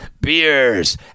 Beers